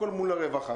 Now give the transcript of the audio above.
הכול מול הרווחה,